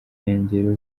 nkengero